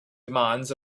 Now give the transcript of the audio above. demands